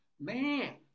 man